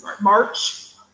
March